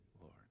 Lord